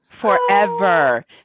Forever